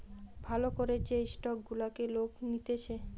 ভাল করে যে স্টক গুলাকে লোক নিতেছে